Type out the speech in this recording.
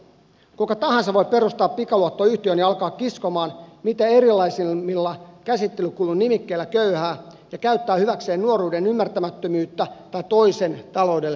kuka tahansa voi perustaa pikaluottoyhtiön ja alkaa kiskoa mitä erilaisimmilla käsittelykulunimikkeillä köyhää ja käyttää hyväkseen nuoruuden ymmärtämättömyyttä tai toisen taloudellista hätää